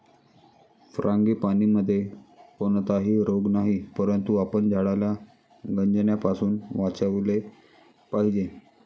फ्रांगीपानीमध्ये कोणताही रोग नाही, परंतु आपण झाडाला गंजण्यापासून वाचवले पाहिजे